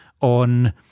on